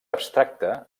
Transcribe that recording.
abstracta